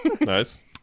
Nice